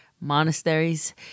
monasteries